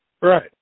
Right